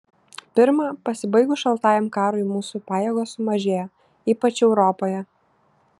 pirma pasibaigus šaltajam karui mūsų pajėgos sumažėjo ypač europoje